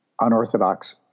unorthodox